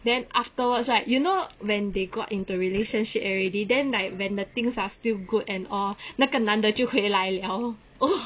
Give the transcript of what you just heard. then afterwards right you know when they got into relationship already then like when the things are still good and all 那个男的就回来 liao